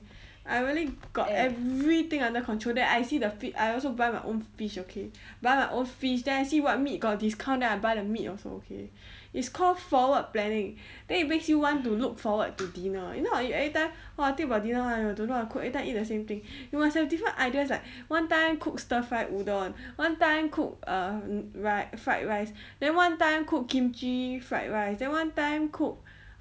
I really got everything under control then I see the fish I also buy my own fish okay buy my own fish then I see what meat got discount lah then I buy the meat also okay it's called forward planning then it makes you want to look forward to dinner if not you every time !wah! think about dinner ah don't know how to cook every time eat the same thing you must have different ideas like one time cook stir fried udon one time cook err mm rice fried rice then one time cook kimchi fried rice then one time cook